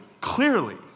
Clearly